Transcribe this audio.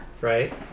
right